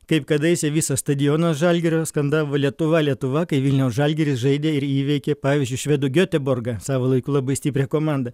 kaip kadaise visas stadionas žalgirio skandavo lietuva lietuva kai vilniaus žalgiris žaidė ir įveikė pavyzdžiui švedų geteborgą savo laiku labai stiprią komandą